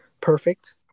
perfect